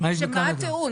שמה הטיעון?